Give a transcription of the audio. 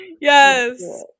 yes